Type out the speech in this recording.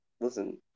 listen